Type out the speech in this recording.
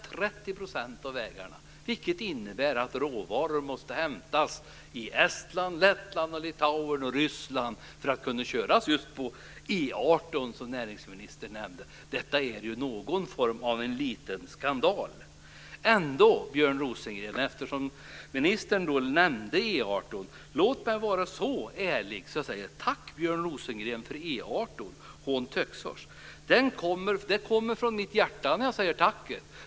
Det innebär att råvaror måste hämtas i Estland, Lettland, Litauen och Ryssland för att kunna köras just på E 18, som näringsministern nämnde. Detta är någon form av en liten skandal. Eftersom ministern ändå nämnde E 18 kan jag var så ärlig att jag säger: Tack, Björn Rosengren, för E 18 från Töcksfors. Det kommer från mitt hjärta när jag säger tack.